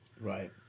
Right